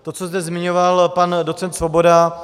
To, co zde zmiňoval pan docent Svoboda.